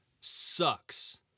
Sucks